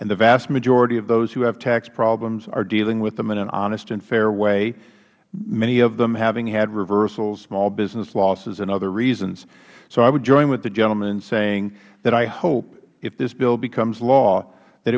that the vast majority of those who have tax problems are dealing with them in an honest and fair way many of them having had reversals small business losses and other reasons so i would join with the gentleman in saying that i hope if this bill becomes law that